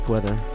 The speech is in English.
Weather